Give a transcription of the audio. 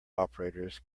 operators